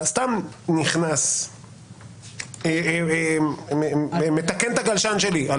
אלא סתם מתקן את הגלשן שלי על